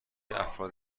افراد